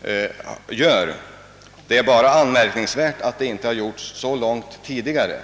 vidtagit är utomordentligt betydelsefulla. Det anmärkningsvärda är bara att dessa åtgärder inte har vidtagits långt tidigare.